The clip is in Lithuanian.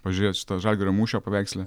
pažiūrėt šita žalgirio mūšio paveiksle